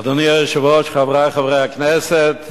אדוני היושב-ראש, חברי חברי הכנסת,